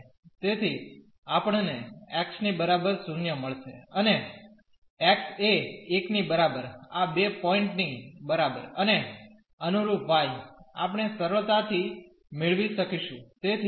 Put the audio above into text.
તેથી આપણને x ની બરાબર 0 મળશે અને x એ 1 ની બરાબર આ 2 પોઇન્ટ ની બરાબર અને અનુરૂપ y આપણે સરળતાથી મેળવી શકીશું